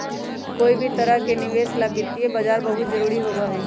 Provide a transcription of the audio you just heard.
कोई भी तरह के निवेश ला वित्तीय बाजार बहुत जरूरी होबा हई